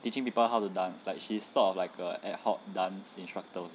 teaching people how to dance like she's sort of like a ad hoc dance instructor